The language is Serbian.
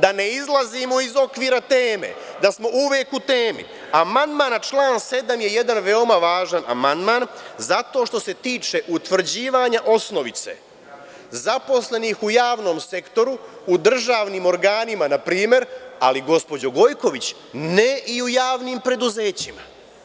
da ne izlazimo iz okvira teme, da smo uvek u temi, amandman na član 7. je jedan veoma važan amandman zato što se tiče utvrđivanja osnovice zaposlenih u javnom sektoru u državnim organima, na primer, ali, gospođo Gojković, ne i u javnim preduzećima.